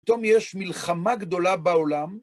פתאום יש מלחמה גדולה בעולם.